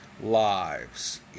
lives